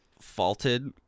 faulted